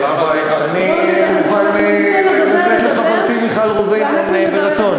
אני מוכן לתת לחברתי מיכל רוזין, ברצון.